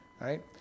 right